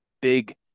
big